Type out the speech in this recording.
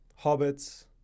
Hobbits